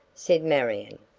said marion.